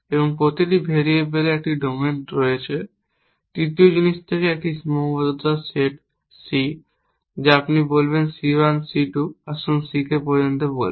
এবং প্রতিটি ভেরিয়েবলের একটি ডোমেন রয়েছে তৃতীয় জিনিস থেকে একটি সীমাবদ্ধতার সেট c যা আপনি বলবেন c 1 c 2 আসুন c k পর্যন্ত বলি